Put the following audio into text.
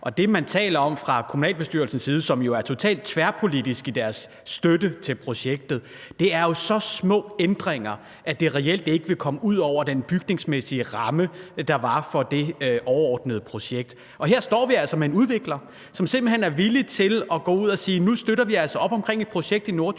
Det, man fra kommunalbestyrelsens side taler om, som jo er tiltalt tværpolitisk i deres støtte til projektet, er jo så små ændringer, at det reelt ikke vil komme ud over den bygningsmæssige ramme, der var for det overordnede projekt. Og her står vi altså med en udvikler, som simpelt hen er villig til at gå ud at sige: Nu støtter vi altså op om et projekt i Norddjurs,